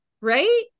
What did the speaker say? right